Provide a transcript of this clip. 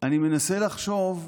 אני מנסה לחשוב,